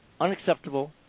unacceptable